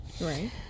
Right